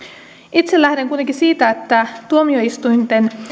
itse lähden kuitenkin siitä että tuomioistuinten